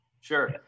Sure